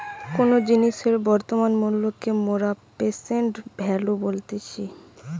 কোনো জিনিসের বর্তমান মূল্যকে মোরা প্রেসেন্ট ভ্যালু বলতেছি